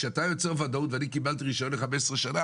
כשאתה יוצר ודאות ואני קיבלתי רישיון ל-15 שנה,